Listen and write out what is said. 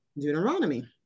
Deuteronomy